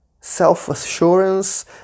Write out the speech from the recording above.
self-assurance